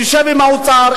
תשב עם האוצר,